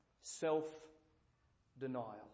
self-denial